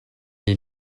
est